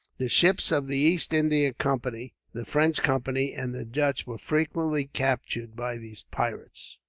the ships of the east india company, the french company, and the dutch were frequently captured by these pirates.